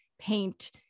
paint